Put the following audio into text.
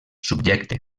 subjecte